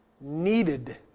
needed